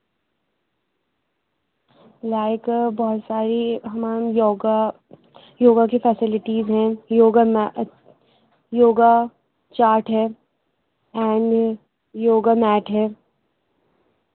like بہت ساری ہماری یوگا یوگا کی فیسیلیٹیز ہیں یوگا میں یوگا چاٹ ہے اینڈ یوگا میٹ ہے